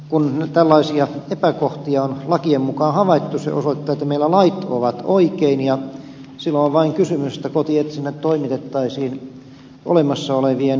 kun tällaisia epäkohtia on lakien mukaan havaittu se osoittaa että meillä lait ovat oikein ja silloin on vain kysymys siitä että kotietsinnät toimitettaisiin olemassa olevien lakien mukaan